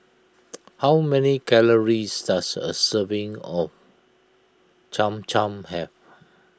how many calories does a serving of Cham Cham have